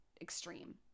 extreme